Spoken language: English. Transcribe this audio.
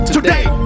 Today